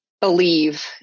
believe